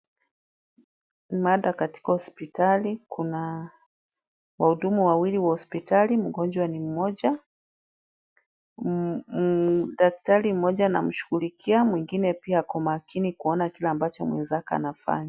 Mada katika hospitali kuna wahudumu wawili wa hospitali, mgonjwa ni mmoja. Daktari mmoja anamshugulika mwingine pia ako makini kuona kile ambacho mwenzake anafanya.